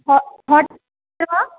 हो होटेल् वा